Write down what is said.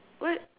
what